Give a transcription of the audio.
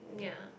yea